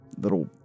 little